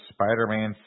Spider-Man